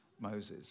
Moses